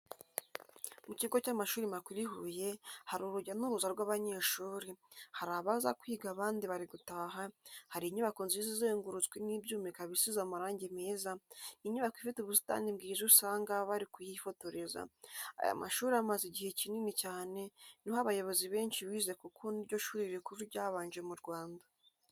Mu kigo cy'amashuri makuru i Huye hari urujya n'uruza rw'abanyeshuri, hari abaza kwiga abandi bari gutaha, hari inyubako nziza izengurutswe n'ibyuma ikaba isize amarange meza, ni inyubako ifite ubusitani bwiza usanga bari kuhifotoreza, aya mashuri amaze igihe kinini cyane ni ho abayobozi benshi bize kuko ni ryo shuri rikuru ryabanje mu Rwanda.